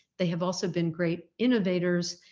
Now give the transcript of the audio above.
they have also been great innovators.